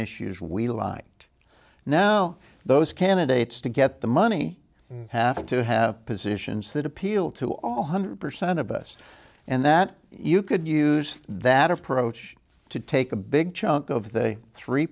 issues we live now those candidates to get the money have to have positions that appeal to all hundred percent of us and that you could use that approach to take a big chunk of the three